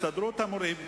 הסתדרות המורים,